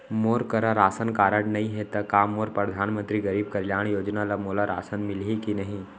मोर करा ration card नहीं है त का मोल परधानमंतरी गरीब कल्याण योजना ल मोला राशन मिलही कि नहीं?